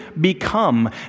become